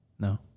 No